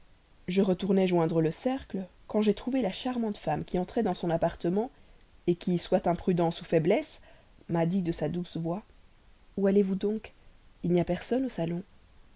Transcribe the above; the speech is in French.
je retournais joindre le cercle quand j'ai trouvé la charmante femme qui entrait dans son appartement qui soit imprudence ou faiblesse m'a dit de sa douce voix où allez-vous donc il n'y a personne au salon